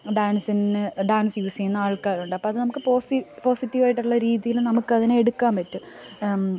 dance ഇന്ന് dance use ചെയ്യുന്ന ആൾക്കാർ ഉണ്ട് അപ്പം അത് നമുക്ക് പോസി പോസിറ്റീവ് ആയിട്ടുള്ള രീതിയിൽ നമുക്ക് അതിനെ എടുക്കാൻ പറ്റും